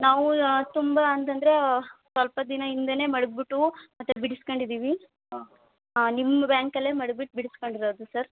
ನಾವು ತುಂಬ ಅಂತಂದರೆ ಸ್ವಲ್ಪ ದಿನ ಹಿಂದೇನೆ ಮಡಗ್ಬಿಟ್ಟು ಮತ್ತೆ ಬಿಡಿಸ್ಕೊಂಡಿದಿವಿ ಹಾಂ ನಿಮ್ಮ ಬ್ಯಾಂಕಲ್ಲೇ ಮಡುಗ್ಬಿಟ್ಟು ಬಿಡಿಸ್ಕೊಂಡಿರೋದು ಸರ್